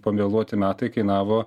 pavėluoti metai kainavo